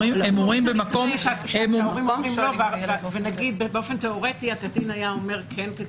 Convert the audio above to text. במקרים שההורים אומרים לא ונגיד באופן תיאורטי שהקטין היה אומר כן.